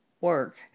work